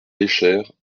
léchère